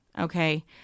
okay